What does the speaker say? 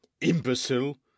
Imbecile